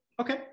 Okay